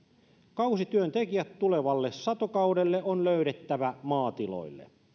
kausityöntekijät tulevalle satokaudelle on löydettävä maatiloille